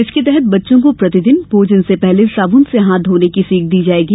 इसके तहत बच्चों को प्रतिदिन भोजन से पहले साबुन से हाथ धोने की सीख दी जायेगी